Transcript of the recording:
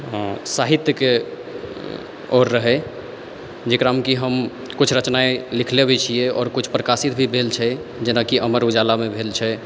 हँ साहित्यके ओर रहय जेकरामे कि हम कुछ रचना लिखले भी छियै आओर कुछ प्रकाशित भी भेल छै जेना कि अमर उजालामे भेल छै